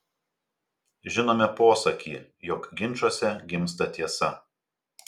žinome posakį jog ginčuose gimsta tiesa